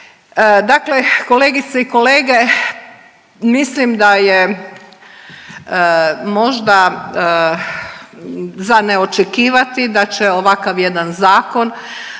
Dakle, kolegice i kolege mislim da je možda za ne očekivati da će ovakav jedan Zakon